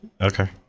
Okay